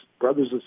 brothers